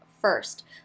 first